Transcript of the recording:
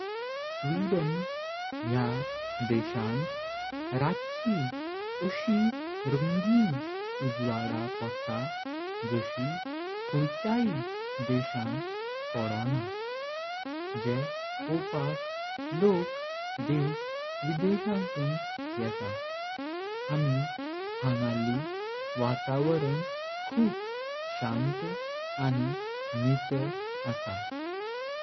Sweden ह्या देशान रची अशी रंगीन उजवाडा पोटा। जासी कोईचाइ देशान पडणा जे पोपाक लोक देश विदेशून येता। आणि हांगारली वातावरण खूप शांत आणि नितळ आसं।